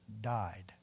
died